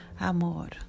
Amor